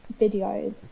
videos